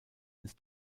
ins